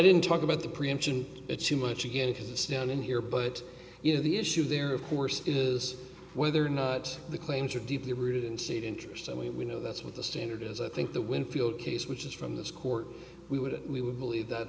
didn't talk about the preemption it's too much again because it's down in here but you know the issue there of course is whether or not the claims are deeply rooted in state interest and we know that's what the standard is i think the winfield case which is from this court we would we would believe that